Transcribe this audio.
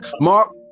Mark